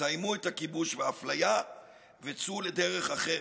סיימו את הכיבוש והאפליה וצאו לדרך אחרת,